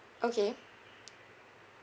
okay